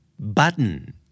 Button